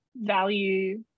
value